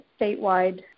statewide